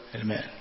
Amen